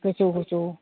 गोजौ गोजौ